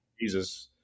Jesus